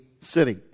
city